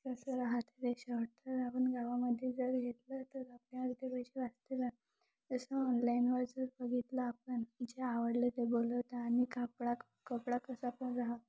जसं राहते ते शर्ट तर आपण गावामध्ये जर घेतलं तर आपल्यावरती पैसे वाचते ना जसं ऑनलाईनवर जर बघितलं आपण जे आवडलं ते बोलवतात आणि कापड कपडा कसा पण राहतो